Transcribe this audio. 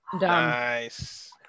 Nice